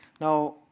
Now